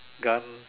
gun